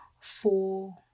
four